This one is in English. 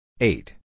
Eight